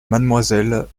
mademoiselle